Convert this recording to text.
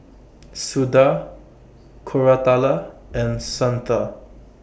Suda Koratala and Santha